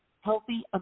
healthy